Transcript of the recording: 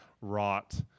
wrought